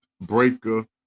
Breaker